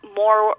more